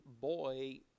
boy